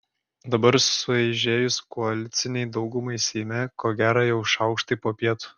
dabar sueižėjus koalicinei daugumai seime ko gera jau šaukštai po pietų